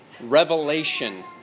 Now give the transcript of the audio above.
revelation